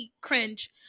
cringe